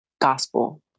gospel